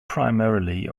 primarily